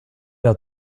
out